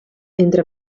entre